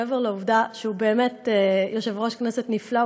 מעבר לעובדה שהוא באמת יושב-ראש כנסת נפלא,